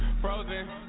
frozen